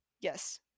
Yes